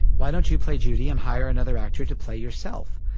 why don't you play judy and hire another actor to play yourself?